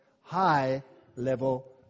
high-level